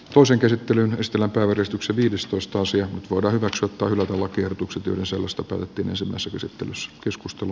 toisen käsittelyn estela klaveristuksen viidestoista sija vuoden versot turvautuvat tiedotuksen työn selostaportti myös esitys että jos keskustan